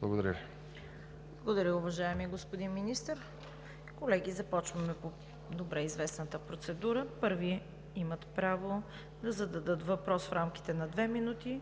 Благодаря Ви. ПРЕДСЕДАТЕЛ ЦВЕТА КАРАЯНЧЕВА: Благодаря, уважаеми господин Министър. Колеги, започваме по добре известната процедура. Първи имат право да зададат въпрос в рамките на две минути